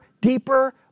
deeper